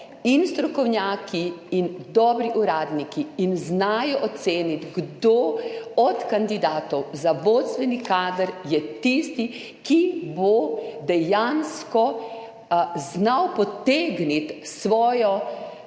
in strokovnjaki in dobri uradniki in znajo oceniti kdo od kandidatov za vodstveni kader je tisti, ki bo dejansko znal potegniti svojo